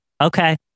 okay